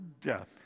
death